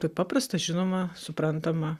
taip paprasta žinoma suprantama